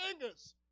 fingers